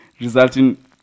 resulting